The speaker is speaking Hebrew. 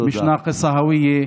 לא חסר זהות,